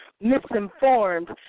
misinformed